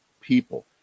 people